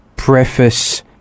preface